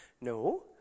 No